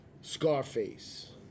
Scarface